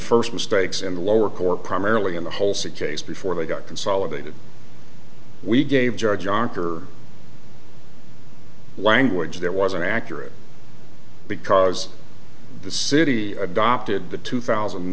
first mistakes in the lower court primarily in the whole suggest before they got consolidated we gave george yonkers language that wasn't accurate because the city adopted the two thousand